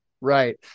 Right